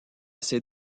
ses